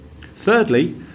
Thirdly